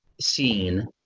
seen